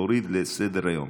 להוריד מסדר-היום.